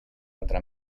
altra